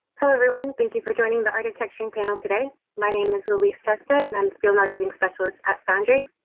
hello everyone. thank you for joining the art of texturing panel today. my name is elise testa and i'm the field marketing specialist at foundry.